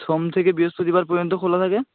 সোম থেকে বৃহস্পতিবার পর্যন্ত খোলা থাকে